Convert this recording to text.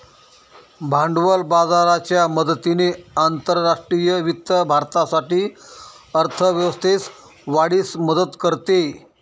भांडवल बाजाराच्या मदतीने आंतरराष्ट्रीय वित्त भारतासाठी अर्थ व्यवस्थेस वाढीस मदत करते